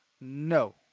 No